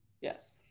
Yes